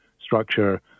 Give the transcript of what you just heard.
structure